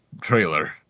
trailer